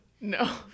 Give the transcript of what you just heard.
No